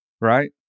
Right